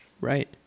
right